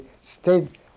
stayed